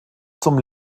zum